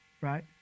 right